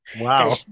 Wow